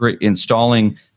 installing